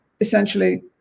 essentially